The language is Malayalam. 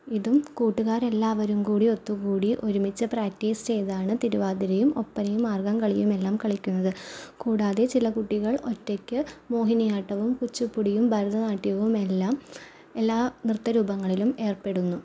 ഇതും കൂട്ടുകാരെല്ലാവരും കൂടി ഒത്തുകൂടി ഒരുമിച്ച് പ്രാക്ടീസ് ചെയ്താണ് തിരുവാതിരയും ഒപ്പനയും മാർഗംകളിയും എല്ലാം കളിയ്ക്കുന്നത് കൂടാതെ ചിലകുട്ടികൾ ഒറ്റയ്ക്ക് മോഹിനിയാട്ടവും കുച്ചിപ്പുടിയും ഭാരതനാട്യവുമെല്ലാം എല്ലാ നൃത്തരൂപങ്ങളിലും ഏർപ്പെടുന്നു